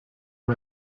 wir